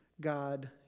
God